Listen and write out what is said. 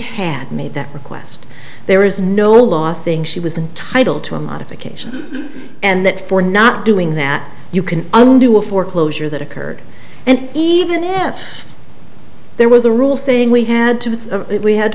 had made that request there is no law saying she was entitled to a modification and that for not doing that you can undo a foreclosure that occurred and even if there was a rule saying we had to use it we had